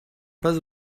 pas